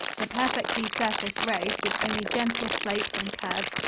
the perfectly surfaced road, with only gentle slopes and curves,